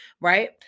right